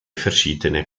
verschiedene